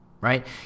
right